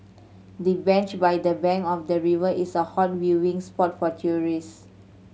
the bench by the bank of the river is a hot viewing spot for tourists